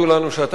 בנושא: